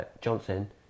Johnson